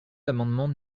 l’amendement